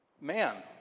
Man